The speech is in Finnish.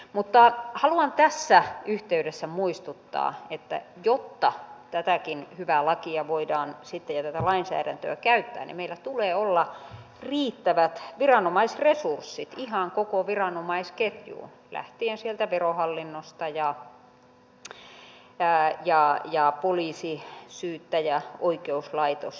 mutta haluan tässä yhteydessä muistuttaa että jotta tätäkin hyvää lakia ja tätä lainsäädäntöä voidaan sitten käyttää niin meillä tulee olla riittävät viranomaisresurssit ihan koko viranomaisketjuun lähtien sieltä verohallinnosta poliisiin syyttäjään ja oikeuslaitokseen